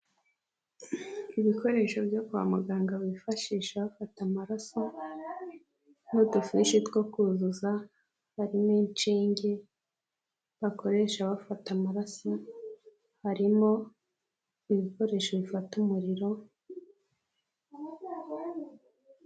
Ibikoresho byo kwa muganga bifashisha bafata amaraso n'udufishi two kuzuza, harimo inshinge bakoresha bafata amaraso, harimo ibikoresho bifata umuriro.